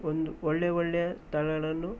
ಒಂದು ಒಳ್ಳೆಯ ಒಳ್ಳೆಯ ತಳಳನ್ನು